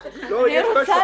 אבל יש בעיות,